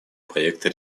проекта